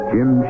Jim